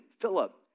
Philip